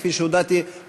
כפי שהודעתי,